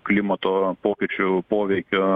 klimato pokyčių poveikio